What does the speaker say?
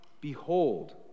behold